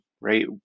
right